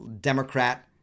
Democrat